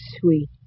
sweet